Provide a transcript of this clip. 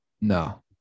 No